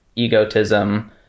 egotism